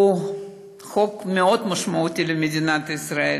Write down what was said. הוא חוק מאוד משמעותי למדינת ישראל,